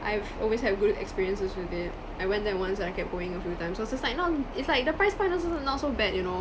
I've always had good experiences with it I went there once and I kept going a few times it was just like not it's like the price point also not so bad you know